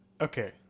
okay